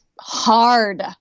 hard